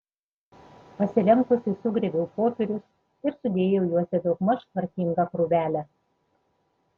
pasilenkusi sugrėbiau popierius ir sudėjau juos į daugmaž tvarkingą krūvelę